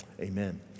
amen